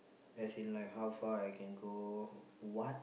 as in like how far I can go what